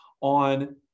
on